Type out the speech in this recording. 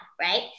right